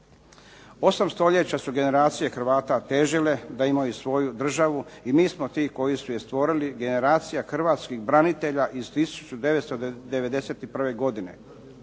8 stoljeća su generacije Hrvata težile da imaju svoju državu. I mi smo ti koji smo je stvorili generacija Hrvatskih branitelja iz 1991. godine.